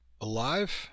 Alive